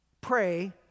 Pray